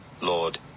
lord